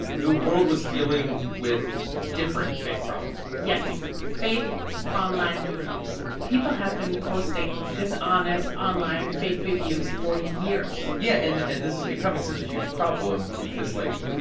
the world was dealing with a different fake problem yes. fake online reviews. people have been posting dishonest online fake reviews for years yeah. and and this is becoming such a huge problem because, like,